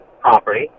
property